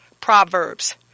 Proverbs